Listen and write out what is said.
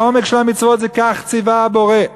העומק של המצוות זה: כך ציווה הבורא,